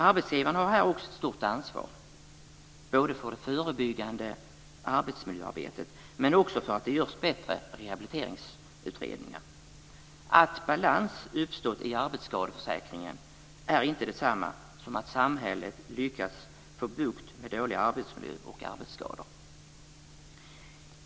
Arbetsgivaren har här också ett stort ansvar, både för det förebyggande arbetsmiljöarbetet och för att det görs bättre rehabiliteringsutredningar. Att balans uppstått i arbetsskadeförsäkringen är inte detsamma som att samhället lyckats få bukt med dålig arbetsmiljö och arbetsskador.